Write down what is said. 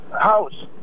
House